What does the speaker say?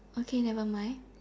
okay never mind